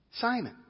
Simon